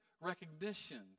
recognition